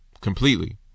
completely